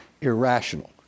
irrational